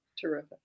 Terrific